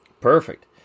Perfect